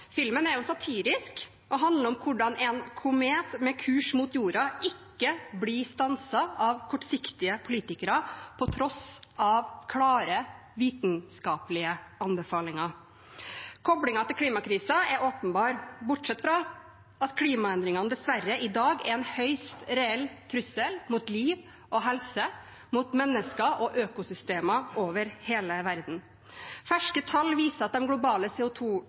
Filmen er satirisk og handler om hvordan en komet med kurs mot jorden ikke blir stanset av kortsiktige politikere på tross av klare vitenskapelige anbefalinger. Koblingen til klimakrisen er åpenbar, bortsett fra at klimaendringene dessverre i dag er en høyst reell trussel mot liv og helse, mot mennesker og økosystemer over hele verden. Ferske tall viser at de globale